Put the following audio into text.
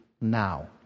now